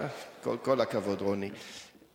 לא יצא חוטא, כל הכבוד, רוני.